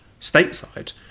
stateside